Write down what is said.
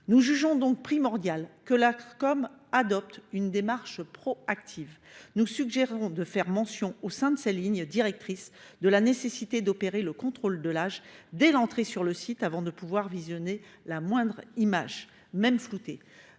Nous jugeons donc primordial que l’Autorité adopte une démarche proactive. Nous suggérons de faire mention au sein de ces lignes directrices de la nécessité d’opérer le contrôle de l’âge dès l’entrée sur le site, avant de pouvoir visionner la moindre image, même floutée.